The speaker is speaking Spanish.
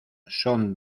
son